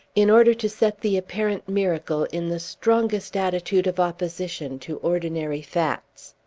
in order to set the apparent miracle in the strongest attitude of opposition to ordinary facts.